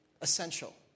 Essential